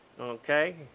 Okay